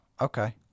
Okay